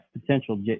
potential